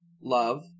Love